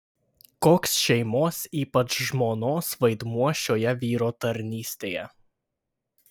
koks šeimos ypač žmonos vaidmuo šioje vyro tarnystėje